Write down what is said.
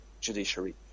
judiciary